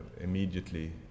immediately